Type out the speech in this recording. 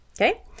okay